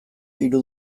hiru